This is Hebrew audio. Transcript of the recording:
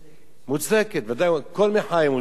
מוצדקת, ודאי, כל מחאה היא מוצדקת.